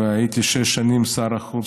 והייתי שש שנים שר החוץ,